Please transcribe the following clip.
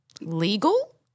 Legal